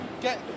get